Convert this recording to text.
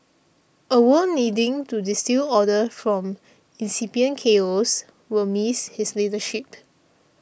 a world needing to distil order from incipient chaos will miss his leadership